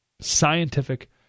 Scientific